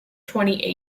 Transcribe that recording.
twenty